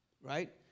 Right